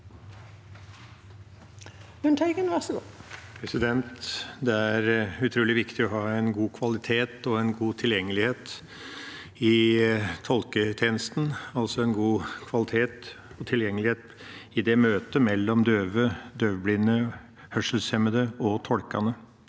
Det er utrolig viktig å ha god kvalitet og god tilgjengelighet i tolketjenesten, altså god kvalitet og tilgjengelighet i møtet mellom døve, døvblinde, hørselshemmede og tolkene.